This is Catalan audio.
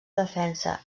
defensa